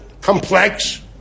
complex